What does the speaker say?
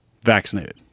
vaccinated